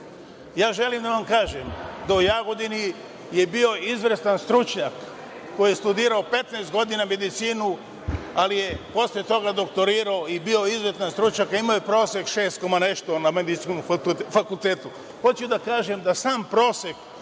drugo. Želim da vam kažem da je u Jagodini bio izvrstan stručnjak koji je studirao 15 godina medicinu, ali je posle toga doktorirao i bio izuzetan stručnjak. NJemu je prosek šest i nešto na Medicinskom fakultetu. Hoću da kažem da sam prosek